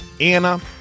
Anna